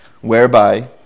whereby